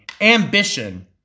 ambition